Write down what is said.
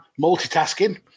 multitasking